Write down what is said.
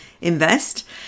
invest